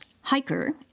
hiker